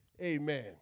Amen